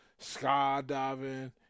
skydiving